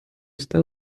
está